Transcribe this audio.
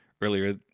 earlier